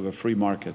the free market